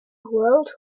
world